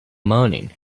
morning